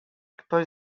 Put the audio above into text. ktoś